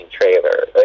trailer